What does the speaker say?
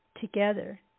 together